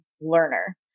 learner